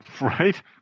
Right